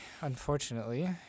unfortunately